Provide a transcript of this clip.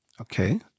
okay